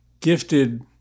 gifted